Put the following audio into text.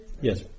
Yes